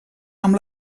amb